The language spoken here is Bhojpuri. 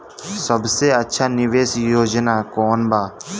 सबसे अच्छा निवेस योजना कोवन बा?